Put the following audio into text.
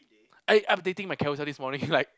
I I'm updating my Carousell this morning like